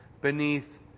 beneath